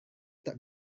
tak